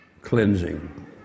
cleansing